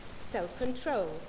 self-control